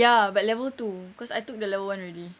ya but level two cause I took the level one already